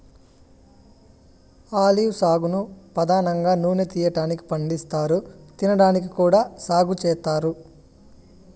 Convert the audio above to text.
olive సాగును పధానంగా నూనె తీయటానికి పండిస్తారు, తినడానికి కూడా సాగు చేత్తారు